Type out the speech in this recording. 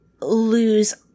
lose